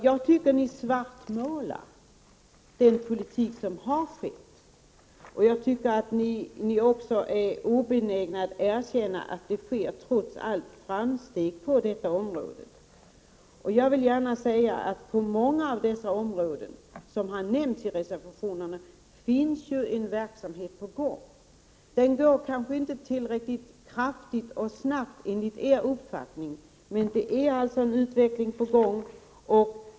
Jag tycker att ni svartmålar den politik som har förts. Ni är också obenägna att erkänna att det trots allt sker framsteg på detta område. På många av de områden som har nämnts i reservationerna är ju en verksamhet på gång. Utvecklingen är kanske inte tillräckligt kraftig och snabb enligt er uppfattning, men den är på gång.